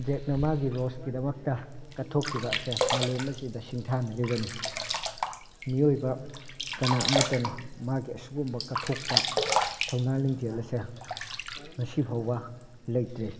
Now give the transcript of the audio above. ꯖꯦꯛꯅ ꯃꯥꯒꯤ ꯔꯣꯁꯀꯤꯗꯃꯛꯇ ꯀꯠꯊꯣꯛꯈꯤꯕ ꯑꯁꯦ ꯃꯥꯂꯦꯝ ꯑꯁꯤꯗ ꯁꯤꯡꯊꯥꯅꯔꯤꯕꯅꯤ ꯃꯤꯑꯣꯏꯕ ꯀꯅꯥ ꯑꯃꯇꯅ ꯃꯥꯒꯤ ꯑꯁꯤꯒꯨꯝꯕ ꯀꯠꯊꯣꯛꯄ ꯊꯧꯅꯥ ꯂꯤꯡꯖꯦꯜ ꯑꯁꯦ ꯉꯁꯤ ꯐꯥꯎꯕ ꯂꯩꯇ꯭ꯔꯤ